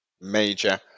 Major